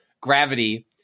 gravity